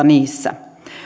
niissä